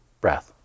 breath